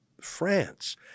France